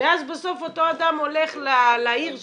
ואז בסוף אותו אדם הולך לעיר שלו,